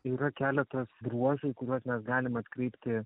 yra keletas bruožųį kuriuos mes galim atkreipti